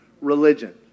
Religion